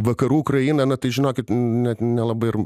vakarų ukrainą na tai žinokit net nelabai